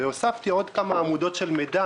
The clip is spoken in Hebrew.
והוספתי עוד כמה עמודות של מידע,